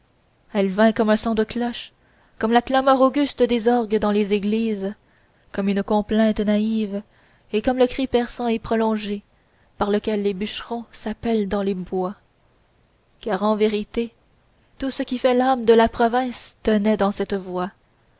elle vint comme un son de cloche comme la clameur auguste des orgues dans les églises comme une complainte naïve et comme le cri perçant et prolongé par lequel les bûcherons s'appellent dans les bois car en vérité tout ce qui fait l'âme de la province tenait dans cette voix